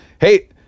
Hey